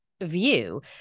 view